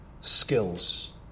skills